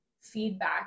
feedback